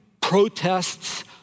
protests